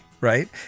right